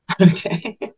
okay